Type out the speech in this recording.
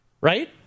right